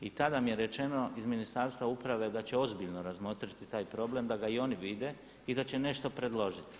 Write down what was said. I tada nam je rečeno iz Ministarstva uprave da će ozbiljno razmotriti taj problem da ga i oni vide i da će nešto predložiti.